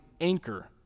anchor